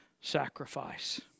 sacrifice